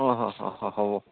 অঁ হ'ব হ'ব